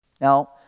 Now